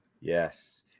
yes